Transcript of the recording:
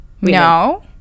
no